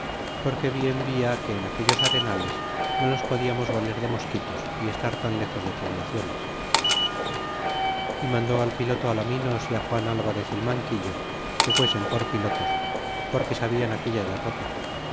porque bien via que en aquellos arenales no nos podiamos valer de mosquitos y estar tan lejos de poblaciones y mandó al piloto alaminos y juan alvarez el manguillo que fuesen por pilotos porque sabian aquella derrota